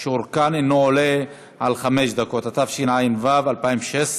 שאורכן אינו עולה על חמש דקות), התשע"ו 2016,